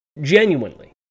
Genuinely